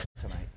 tonight